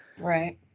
Right